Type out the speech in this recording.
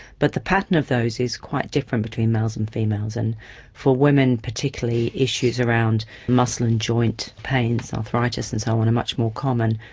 but the pattern of those is quite different between males and females, and for women particularly issues around muscle and joint pains, arthritis and so on are much more common,